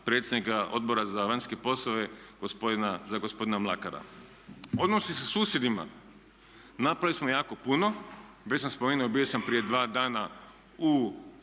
predsjednika Odbora za vanjske poslove gospodina, za gospodina Mlakara. Odnosi sa susjedima napravili smo jako puno. Već sam spomenuo, bio sam prije dva dana u